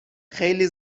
خیلی